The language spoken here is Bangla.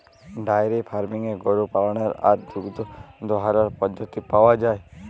ডায়েরি ফার্মিংয়ে গরু পাললের আর দুহুদ দহালর পদ্ধতি পাউয়া যায়